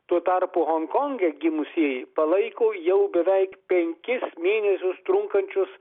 tuo tarpu honkonge gimusieji palaiko jau beveik penkis mėnesius trunkančius